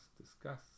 discuss